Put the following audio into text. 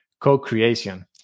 co-creation